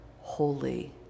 holy